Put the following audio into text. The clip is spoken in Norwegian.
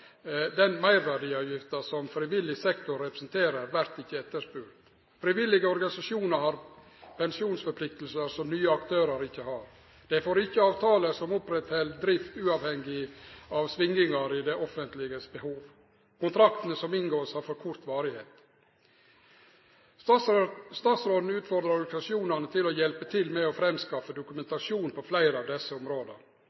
Den meirverdiavgifta som frivillig sektor representerer, vert ikkje etterspurd. Frivillige organisasjonar har pensjonsforpliktingar som nye aktørar ikkje har. Dei får ikkje avtaler som held oppe drift uavhengig av svingingar i det offentleges behov. Kontraktane som ein inngår, har for kort varigheit. Statsråden utfordrar organisasjonane til å hjelpe til med å